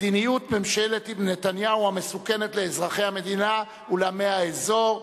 מדיניות ממשלת נתניהו המסוכנת לאזרחי המדינה ולעמי האזור.